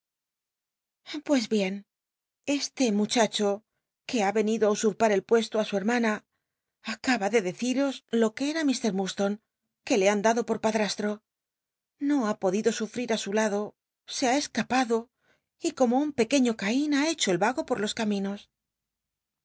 pues bien este muchacho que ha venido á usurpar el puesto á su hermana acaba de deciros jo que eta mr murdstone que le han dado por padrastro no ha podido sufrir á su lado se ha escapado y como un pequeño ca in ha hecho el vago por jos caminos